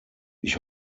ich